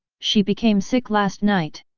she became sick last night.